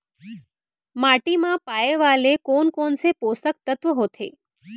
माटी मा पाए वाले कोन कोन से पोसक तत्व होथे?